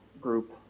group